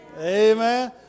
Amen